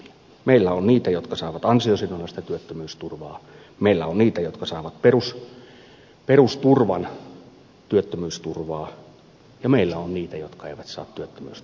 meillä on niitä jotka saavat ansiosidonnaista työttömyysturvaa meillä on niitä jotka saavat perusturvan työttömyysturvaa ja meillä on niitä jotka eivät saa työttömyysturvaa lainkaan